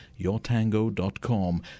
YourTango.com